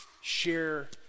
share